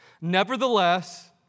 Nevertheless